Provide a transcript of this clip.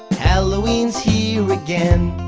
halloweens here again.